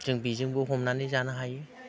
जों बेजोंबो हमनानै जानो हायो